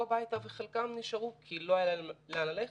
הביתה וחלקם נשארו כי לא היה להם לאן ללכת.